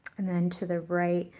and then to the right,